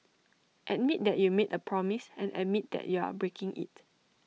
admit that you made A promise and admit that you are breaking IT